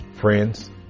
Friends